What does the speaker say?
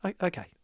Okay